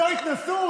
זאת התנשאות?